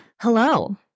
Hello